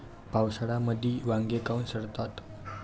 पावसाळ्यामंदी वांगे काऊन सडतात?